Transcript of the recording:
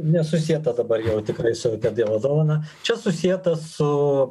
nesusieta dabar jau tikrai su dievo dovana čia susieta su